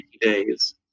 days